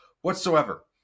whatsoever